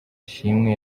ishimwe